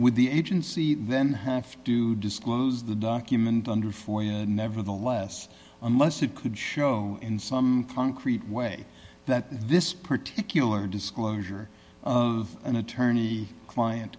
with the agency then have to disclose the documents under for you nevertheless unless it could show in some concrete way that this particular disclosure of an attorney client